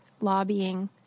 lobbying